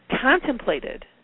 contemplated